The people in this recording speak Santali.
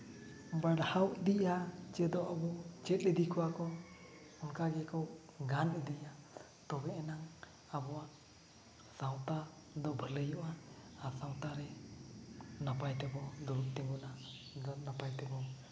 ᱵᱟᱲᱦᱟᱣ ᱤᱫᱤᱜᱼᱟ ᱪᱮᱫᱚᱜ ᱟᱵᱚ ᱪᱮᱫ ᱤᱫᱤ ᱠᱚᱣᱟ ᱠᱚ ᱚᱱᱠᱟ ᱜᱮᱠᱚ ᱜᱟᱱ ᱤᱫᱤᱭᱟ ᱛᱚᱵᱮ ᱮᱱᱟᱝ ᱟᱵᱚᱣᱟᱜ ᱥᱟᱶᱛᱟ ᱫᱚ ᱵᱷᱟᱹᱞᱟᱹᱭᱚᱜᱼᱟ ᱟᱨ ᱥᱟᱶᱛᱟ ᱨᱮ ᱱᱟᱯᱟᱭ ᱛᱮᱵᱚ ᱫᱩᱲᱩᱵ ᱛᱤᱜᱩᱱᱟ ᱱᱟᱯᱟᱭ ᱛᱮᱵᱚᱱ